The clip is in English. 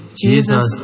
Jesus